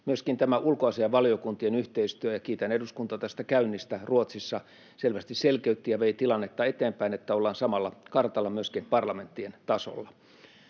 tämä ulkoasiainvaliokuntien yhteistyö — kiitän eduskuntaa tästä käynnistä Ruotsissa — selvästi selkeytti ja vei tilannetta eteenpäin niin, että ollaan samalla kartalla myöskin parlamenttien tasolla.